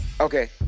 Okay